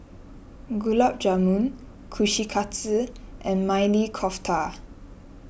Gulab Jamun Kushikatsu and Maili Kofta